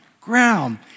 ground